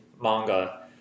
manga